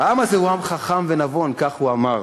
העם הזה הוא עם חכם ונבון, כך הוא אמר,